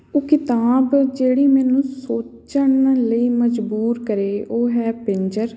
ਉਹ ਕਿਤਾਬ ਜਿਹੜੀ ਮੈਨੂੰ ਸੋਚਣ ਲਈ ਮਜ਼ਬੂਰ ਕਰੇ ਉਹ ਹੈ ਪਿੰਜਰ